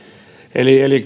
eli eli